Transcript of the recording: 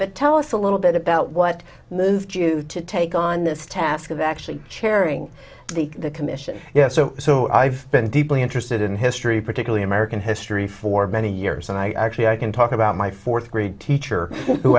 but tell us a little bit about what moved you to take on this task of actually chairing the commission yes so so i've been deeply interested in history particularly american history for many years and i actually i can talk about my fourth grade teacher who